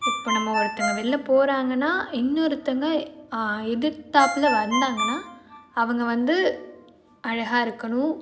இப்போ நம்ம ஒருத்தங்க வெளிலே போகிறாங்கன்னா இன்னொருத்தங்க எதிர்த்தாப்புல வந்தாங்கன்னால் அவங்க வந்து அழகாக இருக்கணும்